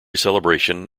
celebration